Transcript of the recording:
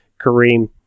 Kareem